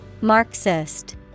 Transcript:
Marxist